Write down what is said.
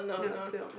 now until